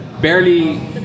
barely